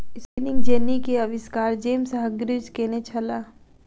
spinning jenny के आविष्कार James Hargreaves केने छला